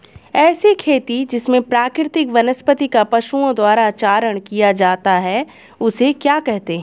ऐसी खेती जिसमें प्राकृतिक वनस्पति का पशुओं द्वारा चारण किया जाता है उसे क्या कहते हैं?